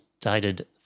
dated